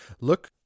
Look